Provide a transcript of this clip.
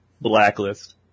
Blacklist